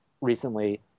recently